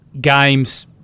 games –